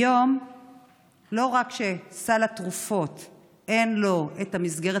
היום לא רק שלסל התרופות אין את המסגרת